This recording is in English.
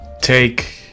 take